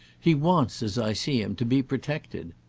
he wants, as i see him, to be protected.